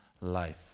life